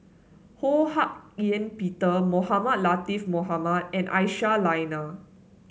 Ho Hak Ean Peter Mohamed Latiff Mohamed and Aisyah Lyana